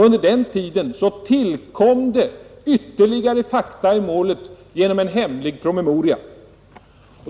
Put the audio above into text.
Under den tiden tillkom ytterligare fakta i målet genom en hemlig promemoria.